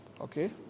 okay